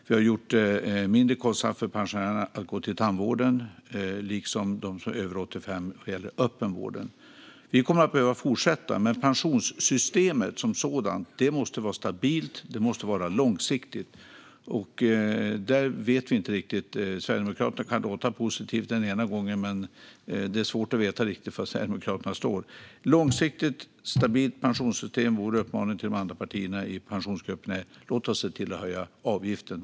Vi har gjort det mindre kostsamt för pensionärerna att gå till tandvården. Detsamma gäller öppenvården för dem som är över 85. Vi kommer att behöva fortsätta, men pensionssystemet som sådant måste vara stabilt och långsiktigt. Där vet vi inte riktigt. Från Sverigedemokraterna kan det låta positivt ena gången, men det är svårt att riktigt veta var de står. Vi behöver ett långsiktigt, stabilt pensionssystem, och vår uppmaning till de andra partierna i Pensionsgruppen är: Låt oss se till att höja avgiften!